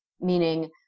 meaning